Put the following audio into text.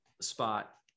spot